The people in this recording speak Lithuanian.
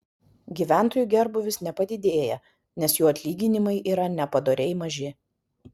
gyventojų gerbūvis nepadidėja nes jų atlyginimai yra nepadoriai maži